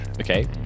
Okay